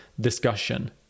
discussion